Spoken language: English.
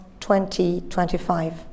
2025